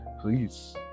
please